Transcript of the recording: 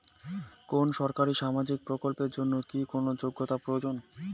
কোনো সরকারি সামাজিক প্রকল্পের জন্য কি কোনো যোগ্যতার প্রয়োজন?